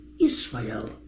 Israel